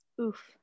Oof